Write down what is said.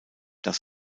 das